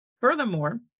furthermore